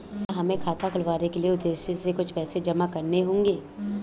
क्या हमें खाता खुलवाने के उद्देश्य से कुछ पैसे जमा करने होंगे?